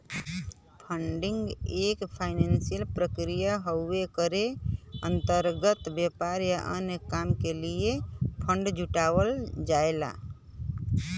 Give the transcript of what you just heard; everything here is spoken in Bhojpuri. फंडिंग एक फाइनेंसियल प्रक्रिया हउवे एकरे अंतर्गत व्यापार या अन्य काम क लिए फण्ड जुटाना हौ